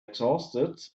exhausted